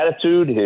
attitude